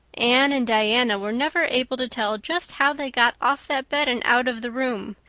anne and diana were never able to tell just how they got off that bed and out of the room.